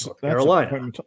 Carolina